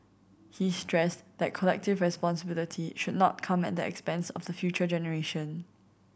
he stressed that collective responsibility should not come at the expense of the future generation